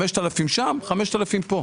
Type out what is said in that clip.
5,000 שם, 5,000 פה.